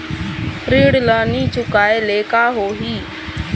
ऋण ला नई चुकाए ले का होही?